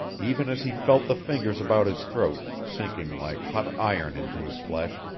even as he felt the fingers about his throat, sinking like hot iron into his flesh,